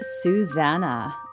Susanna